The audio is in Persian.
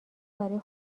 برای